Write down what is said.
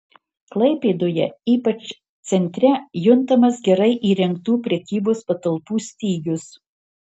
klaipėdoje ypač centre juntamas gerai įrengtų prekybos patalpų stygius